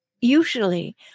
usually